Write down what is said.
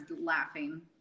laughing